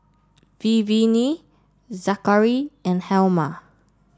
Vivienne Zakary and Helma